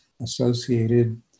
associated